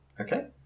Okay